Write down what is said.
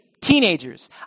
teenagers